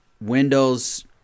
Windows